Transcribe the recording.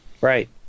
right